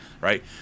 right